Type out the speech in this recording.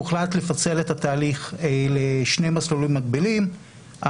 הוחלט לפצל את התהליך לשני מסלולים מקבילים,